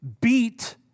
beat